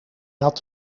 had